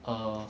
err